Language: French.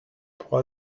pour